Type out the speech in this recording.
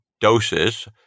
doses